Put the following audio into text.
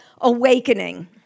awakening